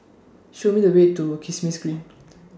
Show Me The Way to Kismis Green